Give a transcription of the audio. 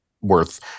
worth